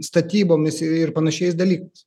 statybomis ir ir panašiais dalykais